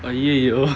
!aiyoyo!